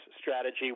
strategy